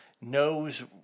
knows